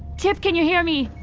chip can you hear me?